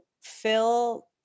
Phil